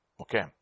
Okay